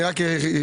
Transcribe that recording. אני רק חידדתי.